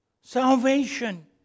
salvation